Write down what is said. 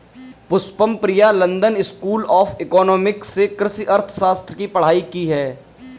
Pushpam Priya London School of Economics से कृषि अर्थशास्त्र की पढ़ाई की है